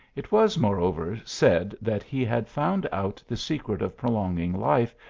it was moreover said that he had found out the secret of prolonging life,